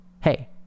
hey